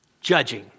Judging